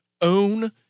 Own